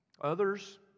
Others